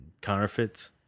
counterfeits